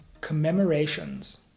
commemorations